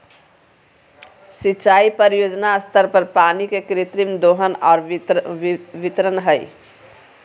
सिंचाई परियोजना स्तर पर पानी के कृत्रिम दोहन और वितरण हइ